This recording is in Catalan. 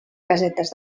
casetes